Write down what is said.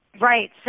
Right